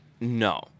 No